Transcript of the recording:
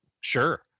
Sure